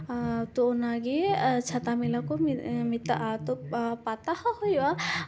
ᱛᱳ ᱚᱱᱟᱜᱮ ᱪᱷᱟᱛᱟ ᱢᱮᱞᱟ ᱠᱚ ᱢᱮᱛᱟᱜᱼᱟ ᱛᱳ ᱯᱟᱛᱟ ᱦᱚᱸ ᱦᱩᱭᱩᱜᱼᱟ